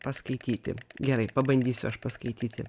paskaityti gerai pabandysiu aš paskaityti